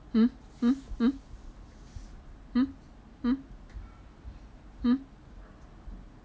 hmm hmm hmm hmm hmm hmm